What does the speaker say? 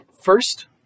first